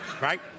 Right